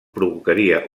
provocaria